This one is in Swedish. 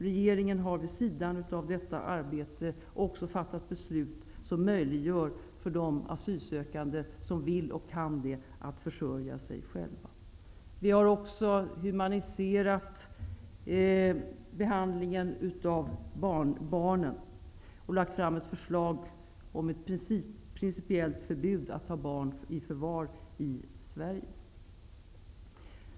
Regeringen har också vid sidan av detta arbete fattat beslut som möjliggör för de asylsökande som vill och kan att försörja sig själva. Vi har även humaniserat behandlingen av barn och lagt fram ett förslag om ett principiellt förbud mot att ta barn i förvar i Sverige.